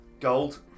Gold